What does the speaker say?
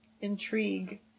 intrigue